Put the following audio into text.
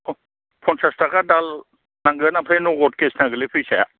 फनसास थाखा दाल नांगोन ओमफ्राय नगद केस नांगोन लै फैसाया